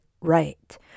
right